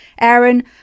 Aaron